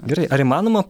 gerai ar įmanoma